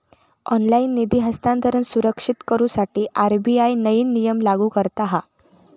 online निधी हस्तांतरण सुरक्षित करुसाठी आर.बी.आय नईन नियम लागू करता हा